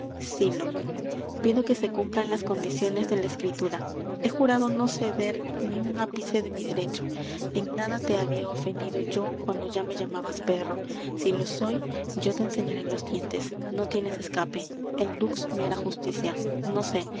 pido que se cumplan las condiciones de la escritura he jurado no ceder ni un ápice de mi derecho en nada te habia ofendido yo cuando ya me llamabas perro si lo soy yo te enseñaré los dientes no tienes escape el dux me hará justicia no sé